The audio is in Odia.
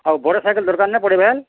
ଆଉ ବଡ଼ ସାଇକେଲ୍ ଦରକାର୍ ନାଇଁ ପଡ଼ିବେ